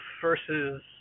versus